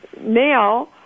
now